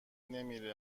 نمی